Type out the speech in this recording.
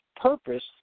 Purpose